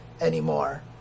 anymore